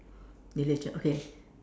village okay